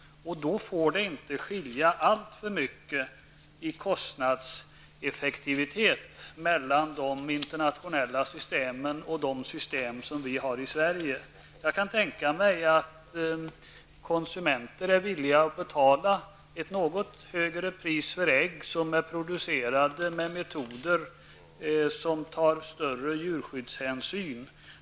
Då får det inte skilja alltför mycket i fråga om kostnadseffektivitet mellan de internationella systemen och de system som vi har i Jag kan tänka mig att konsumenter är villiga att betala ett något högre pris för ägg som är producerade med metoder som tar större djurskyddshänsyn.